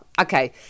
okay